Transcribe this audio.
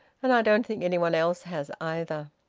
and i don't think anyone else has either.